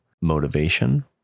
motivation